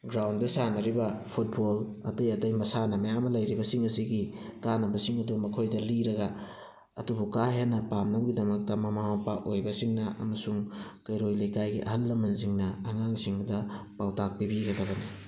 ground ꯁꯥꯟꯅꯔꯤꯕ football ꯑꯇꯩ ꯑꯇꯩ ꯃꯁꯥꯟꯅ ꯃꯌꯥꯝ ꯑꯃ ꯂꯩꯔꯤꯕꯁꯤꯡ ꯑꯁꯤꯒꯤ ꯀꯥꯅꯕꯁꯤꯡ ꯑꯗꯨ ꯃꯈꯣꯏꯗ ꯂꯤꯔꯒ ꯑꯗꯨꯕꯨ ꯀꯥ ꯍꯦꯟꯅ ꯄꯥꯝꯅꯕꯒꯤꯗꯃꯛꯇ ꯃꯃꯥ ꯃꯄꯥ ꯑꯣꯏꯕꯁꯤꯡꯅ ꯑꯃꯁꯨꯡ ꯀꯩꯔꯣꯏ ꯂꯩꯀꯥꯏꯒꯤ ꯑꯍꯜ ꯂꯃꯟꯁꯤꯡꯅ ꯑꯉꯥꯡꯁꯤꯡꯗ ꯄꯧꯇꯥꯛ ꯄꯤꯕꯤꯒꯗꯕꯅꯤ